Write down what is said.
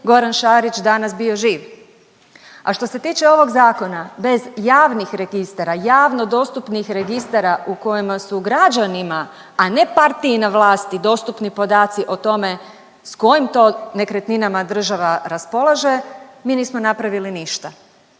Goran Šarić danas bio živ. A što se tiče ovog Zakona, bez javnih registara, javno dostupnih registara u kojima su građanima, a ne partiji na vlasti dostupni podaci o tome s kojim to nekretninama država raspolaže, mi nismo napravili ništa.